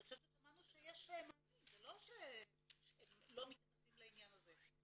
אני חושבת ששמענו שיש מענים ,זה לא שלא מתייחסים לעניין הזה.